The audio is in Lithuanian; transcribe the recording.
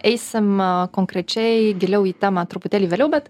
eisim konkrečiai giliau į temą truputėlį vėliau bet